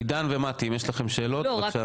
עידן ומטי, אם יש לכם שאלות, בבקשה.